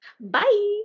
bye